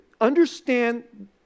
understand